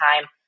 time